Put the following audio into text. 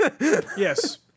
yes